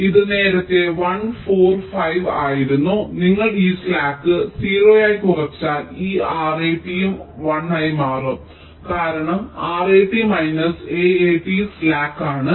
അതിനാൽ ഇത് നേരത്തെ 1 4 5 ആയിരുന്നു നിങ്ങൾ ഈ സ്ലാക്ക് 0 ആയി കുറച്ചാൽ ഈ RAT ഉം 1 ആയി മാറും കാരണം RAT മൈനസ് AAT സ്ലാക്ക് ആണ്